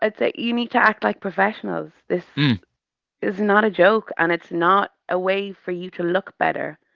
i'd say you need to act like professionals. this is not a joke, and it's not a way for you to look better.